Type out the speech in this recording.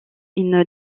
une